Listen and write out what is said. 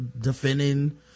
defending